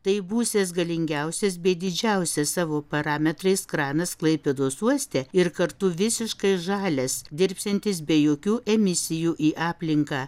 tai būsiąs galingiausias bei didžiausias savo parametrais kranas klaipėdos uoste ir kartu visiškai žalias dirbsiantis be jokių emisijų į aplinką